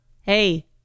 Hey